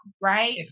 right